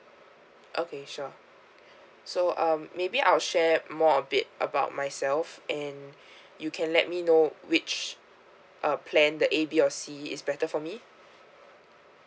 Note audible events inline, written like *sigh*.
okay sure so um maybe I'll share more a bit about myself and *breath* you can let me know which uh plan the A B or C is better for me